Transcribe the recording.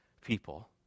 people